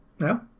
No